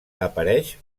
apareix